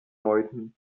läuten